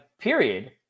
period